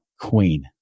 queen